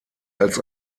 als